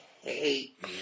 hate